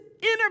inner